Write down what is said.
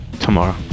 tomorrow